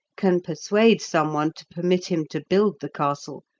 can persuade someone to permit him to build the castle,